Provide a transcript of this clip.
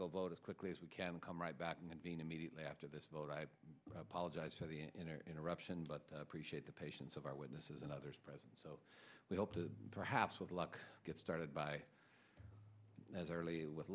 go vote as quickly as we can come right back and being immediately after this vote i apologize for the interruption but appreciate the patience of our witnesses and others present so we hope to perhaps with luck get started by as early with